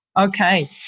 Okay